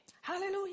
Hallelujah